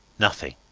nothing.